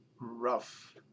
rough